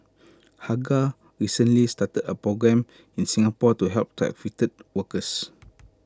hagar recently started A programme in Singapore to help trafficked workers